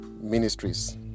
ministries